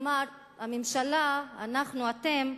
כלומר, הממשלה, אנחנו, אתם,